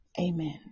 amen